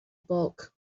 bulk